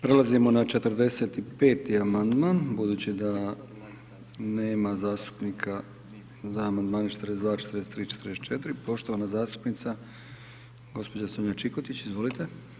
Prelazimo na 45. amandman budući da nema zastupnika za Amandmane 42., 43., 44., poštovana zastupnica gospođa Sonja Čikotić, izvolite.